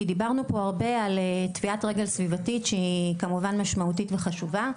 דיברנו פה הרבה על טביעת רגל סביבתית שהיא כמובן משמעותית וחשובה,